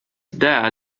there